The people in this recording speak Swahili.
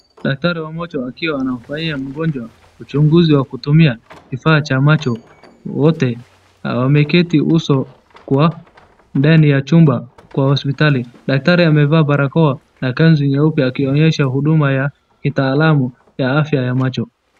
Daktari wa macho akiwa anamfanyia mgonjwa uchunguzi kwa kutumia kifaa cha macho, wote wameketi uso kwa ndani ya chumba kwa hospitali daktari amevaa barakoa na kanzu nyeupe akionyesha huduma ya kitaalamu ya afya ya macho.